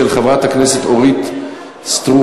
של חברת הכנסת אורית סטרוק.